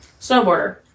Snowboarder